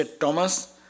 Thomas